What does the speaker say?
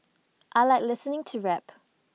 I Like listening to rap